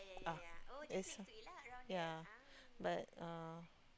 ah it's yeah but uh